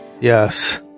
Yes